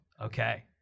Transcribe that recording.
Okay